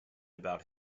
about